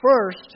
First